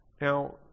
Now